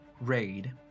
Raid